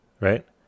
Right